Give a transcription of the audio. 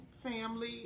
family